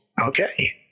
Okay